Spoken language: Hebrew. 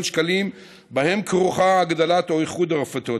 שקלים שבהן כרוכה הגדלת או איחוד הרפתות,